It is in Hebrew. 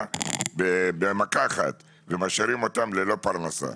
ועושים זאת במכה אחת ומשאירים אותם ללא פרנסה.